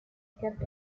kept